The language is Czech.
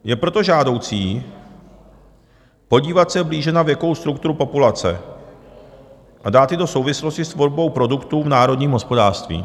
Je proto žádoucí podívat se blíže na věkovou strukturu populace a dát ji do souvislosti s tvorbou produktů v národním hospodářství.